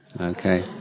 okay